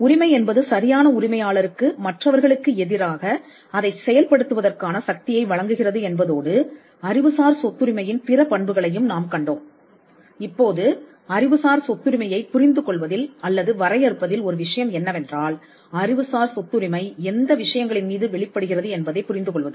உரிமை என்பது சரியான உரிமையாளருக்கு மற்றவர்களுக்கு எதிராக அதை செயல்படுத்துவதற்கான சக்தியை வழங்குகிறது என்பதோடு அறிவுசார் சொத்துரிமையின் பிற பண்புகளையும் நாம் கண்டோம் இப்போது அறிவுசார் சொத்துரிமையைப் புரிந்துகொள்வதில் அல்லது வரையறுப்பதில் ஒரு விஷயம் என்னவென்றால் அறிவுசார் சொத்துரிமை எந்த விஷயங்களின் மீது வெளிப்படுகிறது என்பதைப் புரிந்து கொள்வது